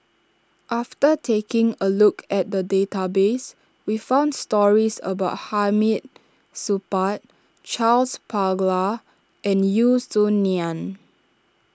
after taking a look at the database we found stories about Hamid Supaat Charles Paglar and Yeo Song Nian